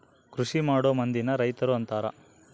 ಕೃಷಿಮಾಡೊ ಮಂದಿನ ರೈತರು ಅಂತಾರ